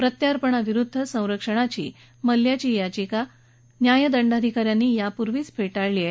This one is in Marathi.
प्रत्यार्पणा विरुद्ध संरक्षणाची मल्ल्याची याचिका न्यायदंडाधिका यांनी यापूर्वीच फेटाळली आहे